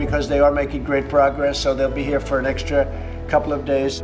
because they are making great progress so they'll be here for an extra couple of days